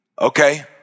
okay